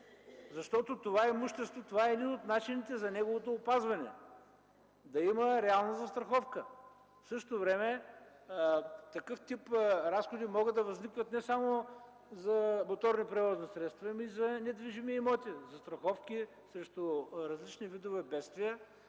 защото това е имущество и един от начините за опазването му е да има реална застраховка. В същото време такъв тип разходи могат да възникнат не само за моторни превозни средства, а и за недвижими имоти – застраховки срещу различни видове бедствия,